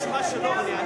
התשס"ט 2009,